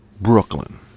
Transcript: Brooklyn